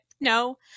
no